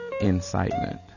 incitement